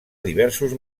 diversos